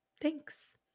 Thanks